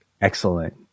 excellent